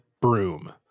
broom